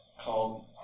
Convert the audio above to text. called